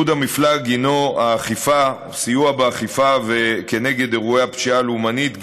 ייעוד המפלג הוא האכיפה או הסיוע באכיפה נגד אירועי הפשיעה הלאומנית,